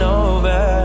over